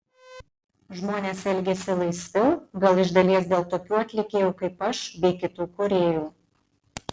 žmonės elgiasi laisviau gal iš dalies dėl tokių atlikėjų kaip aš bei kitų kūrėjų